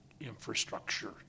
infrastructure